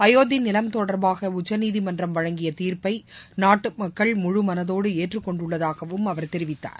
அயோத்தி நிலம் தொடர்பாக உச்சநீதிமன்றம் வழங்கிய தீர்ப்பை நாட்டு மக்கள் முழு மனதோடு ஏற்றுக் கொண்டுள்ளதாகவும் அவர் தெரிவித்தார்